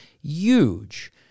huge